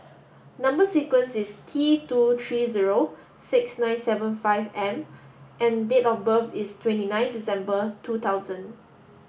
number sequence is T two three zero six nine seven five M and date of birth is twenty nine December two thousand